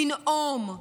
לנאום,